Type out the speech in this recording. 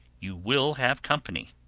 you will have company.